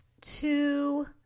two